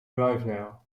drivenow